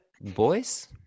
boys